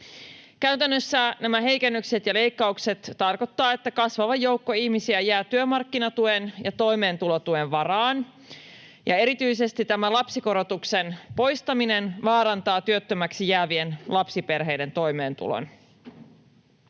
Käytännössä nämä heikennykset ja leikkaukset tarkoittavat, että kasvava joukko ihmisiä jää työmarkkinatuen ja toimeentulotuen varaan, ja erityisesti lapsikorotuksen poistaminen vaarantaa työttömäksi jäävien lapsiperheiden toimeentulon.